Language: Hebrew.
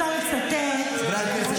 --- ואני רוצה לצטט --- חברי הכנסת,